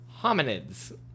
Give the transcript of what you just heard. Hominids